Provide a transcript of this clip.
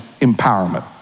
empowerment